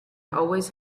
always